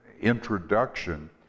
introduction